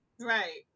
right